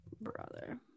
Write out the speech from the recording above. brother